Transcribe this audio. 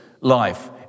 life